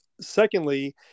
secondly